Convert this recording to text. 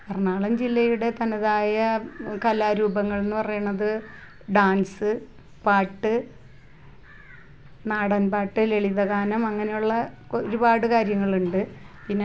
കാലാവസ്ഥക്ക് അനുസരിച്ചാണ് ഞാൻ ചെടികൾ നല്ല രീതിയിൽ സംരക്ഷിക്കാറുള്ളത് ഇപ്പം വേനൽക്കാലത്ത് ആണെങ്കിൽ ഞാൻ രണ്ട് നേരം ചെടി നനക്കും പിന്നെ വേനൽക്കാലത്ത് രണ്ട് നേരം നനച്ചാൽ തന്നെയും മണ്ണ് ഉറച്ച് നല്ല